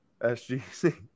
SGC